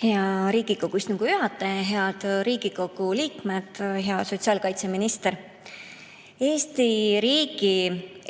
Hea Riigikogu istungi juhataja! Head Riigikogu liikmed! Hea sotsiaalkaitseminister! Eesti riigi